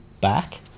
back